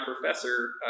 professor